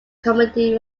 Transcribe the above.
comedy